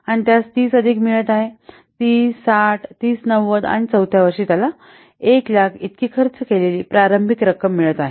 तरत्यास 30 अधिक मिळत आहे 30 60 30 90 आणि चौथ्या वर्षी त्याला 100000 इतकी खर्च केलेली प्रारंभिक रक्कम मिळत आहे